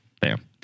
Bam